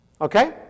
Okay